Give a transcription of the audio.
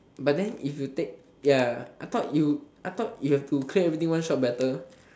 but then if you take ya I thought you I thought you have to clear everything one shot better